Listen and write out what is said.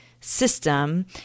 system